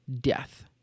death